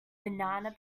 banana